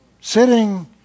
Sitting